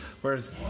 Whereas